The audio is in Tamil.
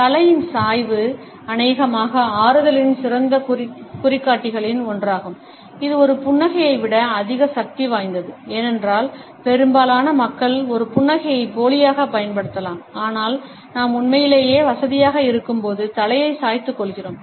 தலையின் சாய்வு அநேகமாக ஆறுதலின் சிறந்த குறிகாட்டிகளில் ஒன்றாகும் இது ஒரு புன்னகையை விட அதிக சக்தி வாய்ந்தது ஏனென்றால் பெரும்பாலான மக்கள் ஒரு புன்னகையை போலியாகப் பயன்படுத்தலாம் ஆனால் நாம் உண்மையிலேயே வசதியாக இருக்கும்போது தலையை சாய்த்துக் கொள்கிறோம்